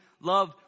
love